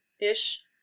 ish